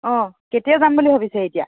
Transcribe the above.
অঁ কেতিয়া যাম বুলি ভাবিছে এতিয়া